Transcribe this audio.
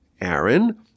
Aaron